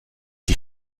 die